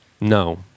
No